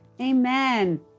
Amen